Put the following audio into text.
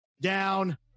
down